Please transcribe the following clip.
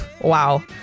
Wow